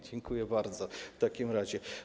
Dziękuję bardzo w takim razie.